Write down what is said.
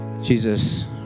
Jesus